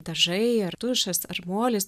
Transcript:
dažai ar tušas ar molis